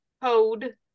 code